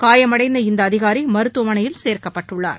காயமடைந்த இந்த அதிகாரி மருத்துவமனையில் சேர்க்கப்பட்டுள்ளார்